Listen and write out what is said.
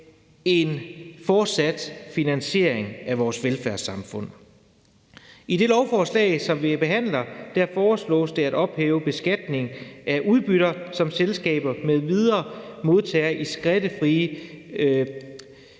en fortsat finansiering af vores velfærdssamfund. I det lovforslag, som vi behandler, foreslås det at ophæve beskatningen af udbytter, som selskaber m.v. modtager i skattefri porteføljeaktier.